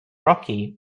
rocky